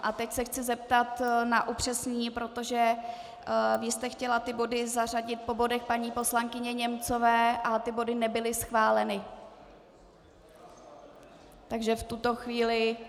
A teď se chci zeptat na upřesnění, protože vy jste chtěla ty body zařadit po bodech paní poslankyně Němcové, ale ty body nebyly schváleny Takže v tuto chvíli...